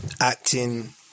acting